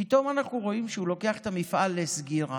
פתאום אנחנו רואים שהוא לוקח את המפעל לסגירה,